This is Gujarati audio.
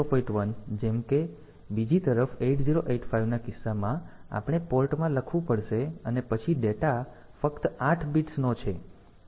1 જેમ કે તો બીજી તરફ 8085 ના કિસ્સામાં તેથી આપણે પોર્ટમાં લખવું પડશે અને પછી ડેટા ફક્ત 8 બિટ્સ નો છે